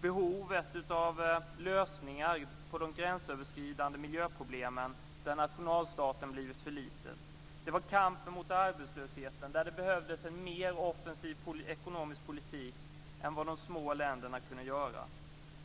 behovet av lösningar på de gränsöverskridande miljöproblemen där nationalstaten har blivit för liten. Det gällde kampen mot arbetslösheten där det behövdes en mer offensiv ekonomisk politik än vad de små länderna kunde föra.